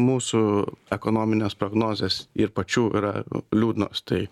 mūsų ekonominės prognozės ir pačių yra liūdnos tai